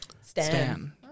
Stan